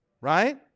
right